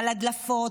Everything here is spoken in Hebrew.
על הדלפות,